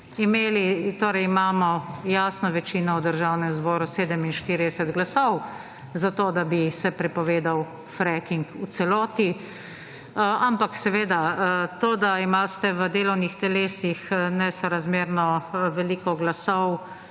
imeli, torej imamo jasno večino v Državnem zboru, 47 glasov, za to, da bi se prepovedal freking v celoti, ampak seveda, to, da imate v delovnih telesih nesorazmerno veliko glasov,